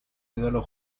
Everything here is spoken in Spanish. ídolo